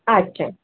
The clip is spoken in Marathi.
अच्छा